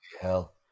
hell